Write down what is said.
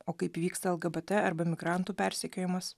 o kaip vyksta lgbt arba migrantų persekiojimas